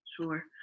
Sure